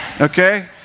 Okay